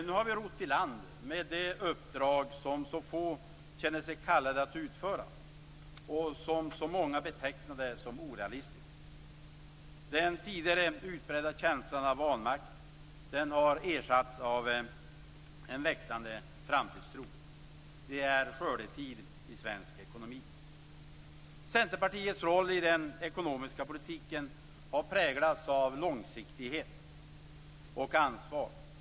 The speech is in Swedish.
Nu har vi rott i land med det uppdrag som så få känner sig kallade att utföra och som så många betecknade som orealistiskt. Den tidigare utbredda känslan av vanmakt har ersatts av en växande framtidstro. Det är skördetid i svensk ekonomi. Centerpartiets roll i den ekonomiska politiken har präglats av långsiktighet och ansvar.